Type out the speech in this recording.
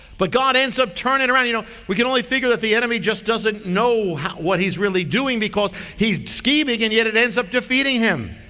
but god ends up turning it around you know. we can only figure that the enemy just doesn't know how, what he's really doing because he's scheming and yet it ends up defeating him.